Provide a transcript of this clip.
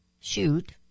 Shoot